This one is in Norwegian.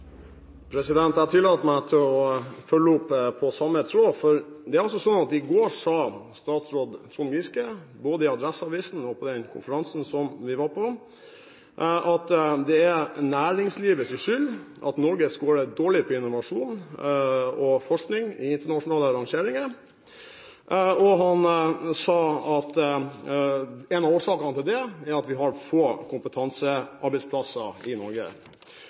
Jeg tillater meg å følge opp samme tråden. For det er altså sånn at i går sa statsråd Trond Giske både i Adresseavisen og på den konferansen som vi var på, at det er næringslivets skyld at Norge scorer dårlig på innovasjon og forskning i internasjonale rangeringer, og han sa at en av årsakene til det er at vi har få kompetansearbeidsplasser i Norge.